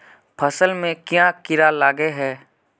फसल में क्याँ कीड़ा लागे है?